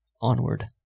onward